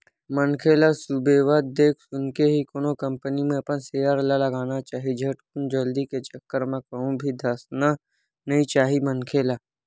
मनखे ल सुबेवत देख सुनके ही कोनो कंपनी म अपन सेयर ल लगाना चाही झटकुन जल्दी के चक्कर म कहूं भी धसना नइ चाही मनखे ल